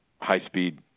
high-speed